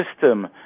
system